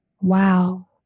Wow